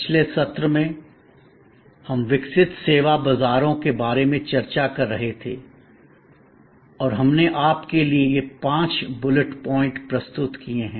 पिछले सत्र में हम विकसित सेवा बाजारों के बारे में चर्चा कर रहे थे और हमने आपके लिए ये पाँच बुलेट पॉइंट प्रस्तुत किए हैं